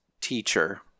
teacher